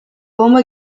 bomba